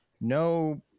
no